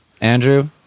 Andrew